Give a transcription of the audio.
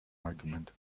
argument